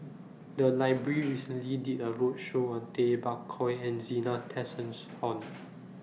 The Library recently did A roadshow on Tay Bak Koi and Zena Tessensohn